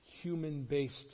human-based